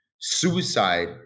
suicide